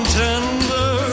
tender